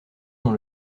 dans